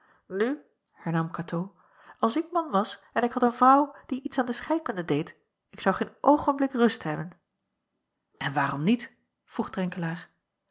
nu hernam katoo als ik man was en ik had een vrouw die iets aan de scheikunde deed ik zou geen oogenblik rust hebben en waarom niet vroeg